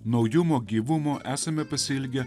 naujumo gyvumo esame pasiilgę